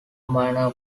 manor